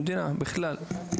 במדינה, בכלל.